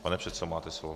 Pane předsedo, máte slovo.